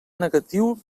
negatiu